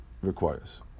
requires